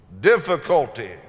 difficulty